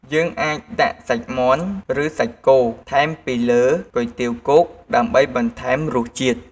យើងអាចដាក់សាច់មាន់ ឬសាច់គោថែមពីលើគុយទាវគោកដើម្បីបន្ថែមរសជាតិ។